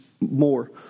more